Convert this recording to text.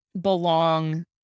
belong